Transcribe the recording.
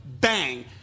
bang